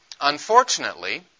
Unfortunately